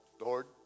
Lord